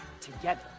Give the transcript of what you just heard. together